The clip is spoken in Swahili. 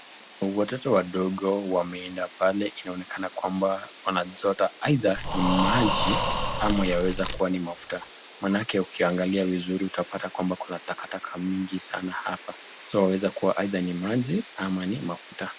Watoto wadogo wameenda pale inaonekana kwamba wanachota aidha ni maji ama yaweza kuwa ni mafuta maanake ukiangalia vizuri utapata kwamba kuna takataka mingi sana hapa (so) yaweza kuwa aidha ni maji au mafuta.